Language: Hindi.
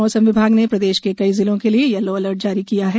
मौसम विभाग ने प्रदेश के कई जिलों के लिए यलो अलर्ट जारी किया है